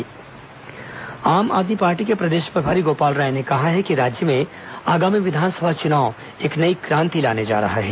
आप पार्टी प्रशिक्षण आम आदमी पार्टी के प्रदेश प्रभारी गोपाल राय ने कहा है कि राज्य में आगामी विधानसभा चुनाव एक नई क्रांति लाने जा रहा है